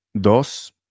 dos